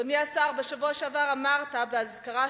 אדוני השר בשבוע שעבר אמר באזכרה,